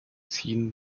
ziehen